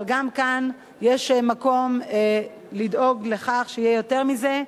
אבל גם כאן יש מקום לדאוג לכך שיהיה יותר מזה,